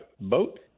boat